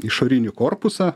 išorinį korpusą